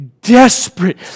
desperate